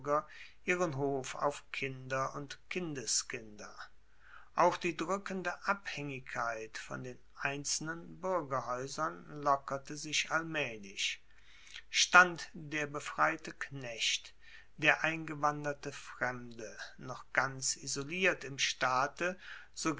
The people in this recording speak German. ihren hof auf kinder und kindeskinder auch die drueckende abhaengigkeit von den einzelnen buergerhaeusern lockerte sich allmaehlich stand der befreite knecht der eingewanderte fremde noch ganz isoliert im staate